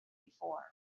before